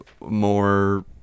more